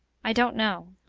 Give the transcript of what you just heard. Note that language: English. i don't know.